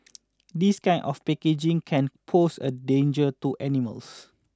this kind of packaging can pose a danger to animals